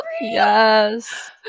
Yes